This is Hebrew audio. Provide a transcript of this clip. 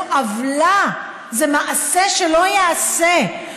זו עוולה, זה מעשה שלא ייעשה.